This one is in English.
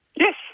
Yes